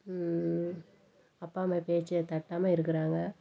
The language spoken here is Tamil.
அப்பா அம்மா பேச்சை தட்டாமல் இருக்கிறாங்க